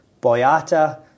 Boyata